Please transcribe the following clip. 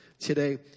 today